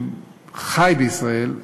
שחי בישראל,